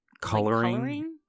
coloring